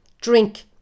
Drink